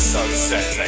Sunset